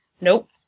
Nope